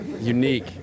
unique